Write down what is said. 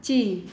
China